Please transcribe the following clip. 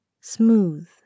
Smooth